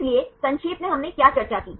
इसलिए संक्षेप में हमने क्या चर्चा की